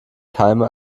keime